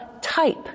type